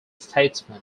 statesman